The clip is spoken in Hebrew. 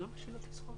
ואני רוצה עוד